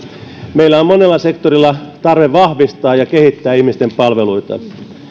meillä on monella sektorilla tarve vahvistaa ja kehittää ihmisten palveluita